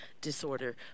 disorder